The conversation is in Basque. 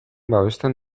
babesten